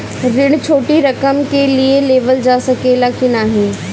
ऋण छोटी रकम के लिए लेवल जा सकेला की नाहीं?